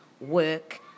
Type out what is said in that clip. work